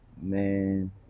Man